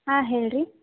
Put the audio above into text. ಹಾಂ ಹೇಳಿ ರೀ